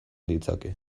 ditzake